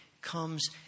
comes